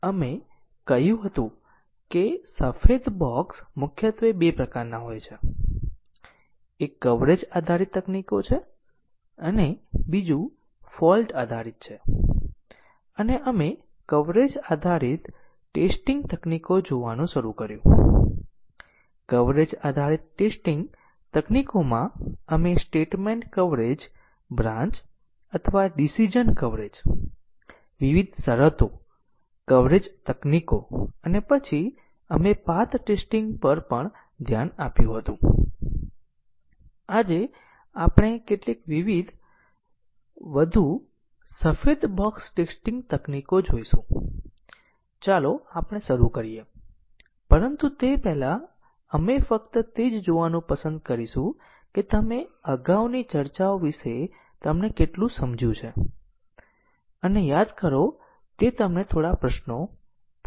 અમે ટેસ્ટીંગ કેસોની રચના કરીએ છીએ જેમ કે પાથ કવરેજ પ્રાપ્ત થાય છે પરંતુ તે ટેસ્ટીંગ કેસોને ડિઝાઇન કરવાનું હંમેશા શક્ય ન હોઈ શકે કે કેમ આપણે જોશું પરંતુ ઓછામાં ઓછા અમારી પાસે ટેસ્ટીંગ ના કેસો હોવા જોઈએ જે રેન્ડમલી ઇનપુટ હોઈ શકે છે પરંતુ અમે કરીશું આની જરૂર છે તે રેન્ડમ ઇનપુટ નંબરો જરૂરી પાથ કવરેજ પ્રાપ્ત કરશે